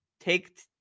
take